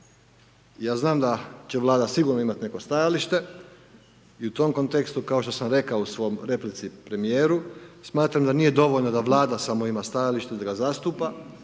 Ja znam da će Vlada sigurno imati neko stajalište i u tom kontekstu kao što sam rekao u svom replici premijeru, smatram da nije dovoljno da Vlada samo ima stajalište i da ga zastupa,